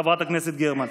חברת הכנסת גרמן.